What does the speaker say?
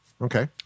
Okay